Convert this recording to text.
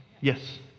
yes